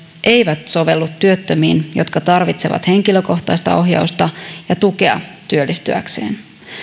eivät sovellu työttömiin jotka tarvitsevat henkilökohtaista ohjausta ja tukea työllistyäkseen